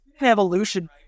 evolution